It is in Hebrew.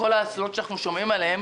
כל האסונות שאנחנו שומעים עליהם